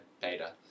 beta